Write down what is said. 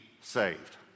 saved